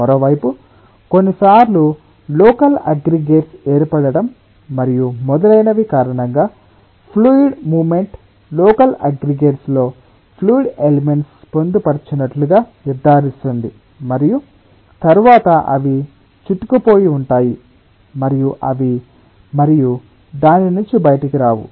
మరోవైపు కొన్నిసార్లు local aggregates ఏర్పడటం మరియు మొదలైనవి కారణంగా fluid movement local aggregates లో ఫ్లూయిడ్ ఎలిమెంట్స్ పొందుపర్చినట్లు గా నిర్ధారిస్తుంది మరియు తరువాత అవి చుట్టుకుపోయి ఉంటాయి మరియు అవి మరియు దాని నుంచి బయటకు రావు